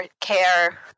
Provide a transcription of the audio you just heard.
Care